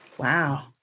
Wow